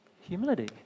Humility